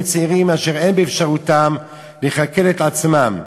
צעירים אשר אין באפשרותם לכלכל את עצמם,